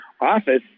office